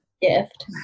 gift